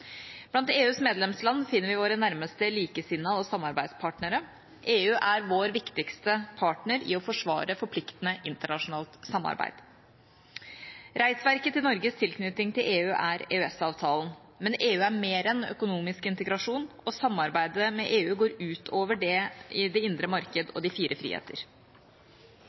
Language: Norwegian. Blant EUs medlemsland finner vi våre nærmeste likesinnede og samarbeidspartnere. EU er vår viktigste partner i å forsvare forpliktende internasjonalt samarbeid. Reisverket i Norges tilknytning til EU er EØS-avtalen, men EU er mer enn økonomisk integrasjon, og samarbeidet med EU går utover det indre marked og de fire friheter.